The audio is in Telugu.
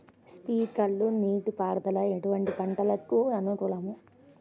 స్ప్రింక్లర్ నీటిపారుదల ఎటువంటి పంటలకు అనుకూలము?